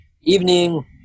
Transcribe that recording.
evening